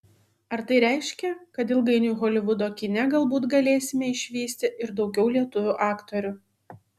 ar tai reiškia kad ilgainiui holivudo kine galbūt galėsime išvysti ir daugiau lietuvių aktorių